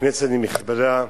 כנסת נכבדה,